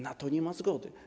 Na to nie ma zgody.